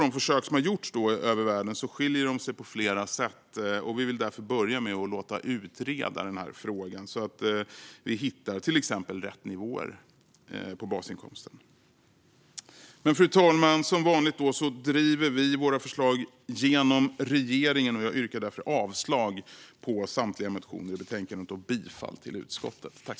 De försök som har gjorts över världen skiljer sig på flera sätt, och vi vill därför börja med att låta utreda frågan så att vi till exempel hittar rätt nivåer på basinkomsten. Fru talman! Som vanligt driver vi våra förslag genom regeringen, och jag yrkar därför avslag på samtliga motioner i betänkandet och bifall till utskottets förslag.